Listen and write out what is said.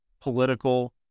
political